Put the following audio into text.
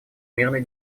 мирные